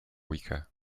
weaker